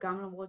גם למרות,